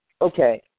Okay